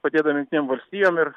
padėdami jungtinėm valstijom ir